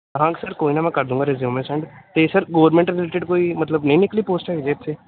ਹਾਂ ਸਰ ਕੋਈ ਨਾ ਮੈਂ ਕਰ ਦੂੰਗਾ ਰਿਜ਼ੀਊਮੇ ਸੈਂਡ ਅਤੇ ਸਰ ਗੌਰਮੈਂਟ ਰਿਲੇਟਿਡ ਕੋਈ ਮਤਲਬ ਨਹੀਂ ਨਿਕਲੀ ਪੋਸਟ ਹਜੇ ਇੱਥੇ